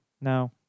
No